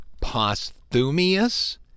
posthumous